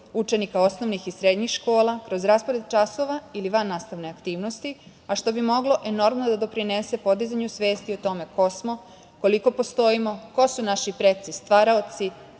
učenika osnovnih i srednjih škola, kroz raspored časova ili vannastavne aktivnosti, a što bi moglo enormno da doprinese podizanju svesti o tome ko smo, koliko postojimo, ko su naši preci stvaraoci,